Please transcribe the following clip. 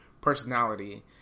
personality